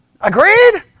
Agreed